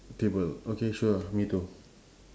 table okay sure me too